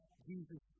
Jesus